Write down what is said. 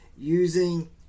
using